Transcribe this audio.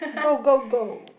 go go go